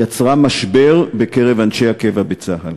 יצרה משבר בקרב אנשי הקבע בצה"ל.